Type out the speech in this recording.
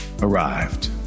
arrived